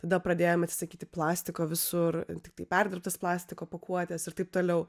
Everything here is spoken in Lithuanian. tada pradėjom atsisakyti plastiko visur tiktai perdirbtas plastiko pakuotes ir taip toliau